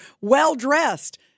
well-dressed